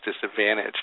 disadvantage